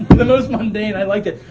the most mundane, i like it.